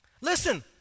listen